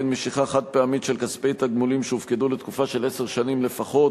משיכה חד-פעמית של כספי תגמולים שהופקדו לתקופה של עשר שנים לפחות),